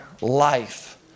life